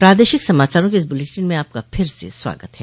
प्रादेशिक समाचारों के इस बुलेटिन में आपका फिर से स्वागत है